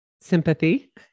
sympathy